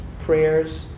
prayers